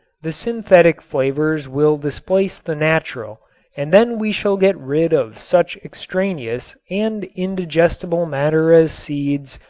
the synthetic flavors will displace the natural and then we shall get rid of such extraneous and indigestible matter as seeds,